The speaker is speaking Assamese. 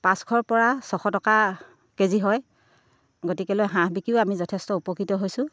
পাঁচশৰ পৰা ছশ টকা কেজি হয় গতিকেলৈ হাঁহ বিকিও আমি যথেষ্ট উপকৃত হৈছোঁ